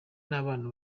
n’abana